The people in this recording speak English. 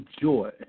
joy